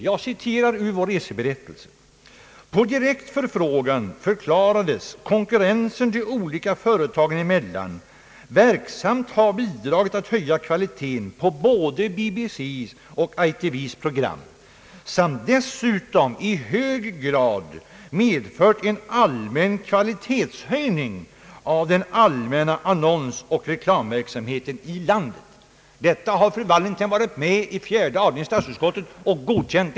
Jag citerar ur vår reseberättelse: »På direkt förfrågan förklarades konkurrensen de olika företagen emellan verksamt ha bidragit att höja kvaliteten på både BBC:s och ITV:s program samt dessutom i hög grad medfört en allmän kvalitetshöjning av den allmänna annonsoch reklamverksamheten i landet.» Denna reserapport har fru Wallentheim varit med och godkänt i fjärde avdelningen av statsutskottet.